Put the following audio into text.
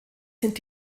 sind